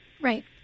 Right